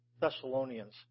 Thessalonians